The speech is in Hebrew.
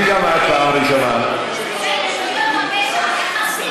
רצח ועוד רצח ועוד רצח, ג'בארין, פעם ראשונה.